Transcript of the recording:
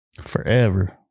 Forever